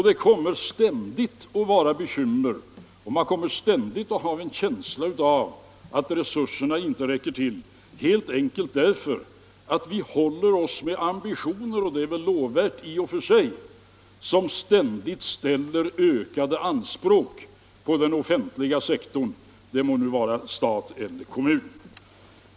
Det kommer ständigt att vara bekymmer och man kommer ständigt att ha en känsla av att resurserna inte räcker till, helt enkelt därför att vi håller oss med ambitioner, lov värda i och för sig, som ständigt ställer ökade anspråk på den offentliga sektorn, det må vara stat eller kommun.